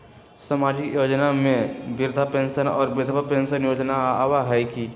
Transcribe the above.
सामाजिक योजना में वृद्धा पेंसन और विधवा पेंसन योजना आबह ई?